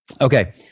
Okay